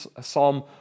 Psalm